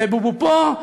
ובובו פה,